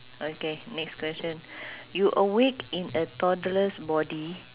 okay next question you awake in a toddler's body